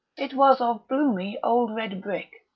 it was of bloomy old red brick,